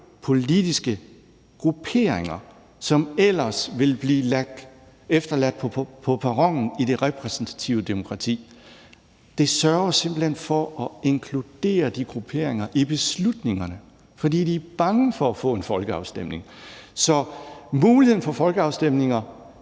politiske grupperinger, som ellers ville blive efterladt på perronen i det repræsentative demokrati. Folkeafstemninger sørger simpelt hen for at inkludere de grupperinger i beslutningerne, fordi de er bange for at få en folkeafstemning. Så muligheden for folkeafstemninger